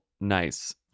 nice